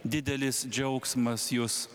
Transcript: didelis džiaugsmas jus